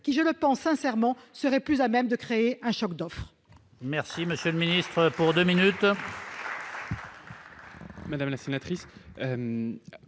qui, je le pense sincèrement serait plus à même de créer un choc d'offre.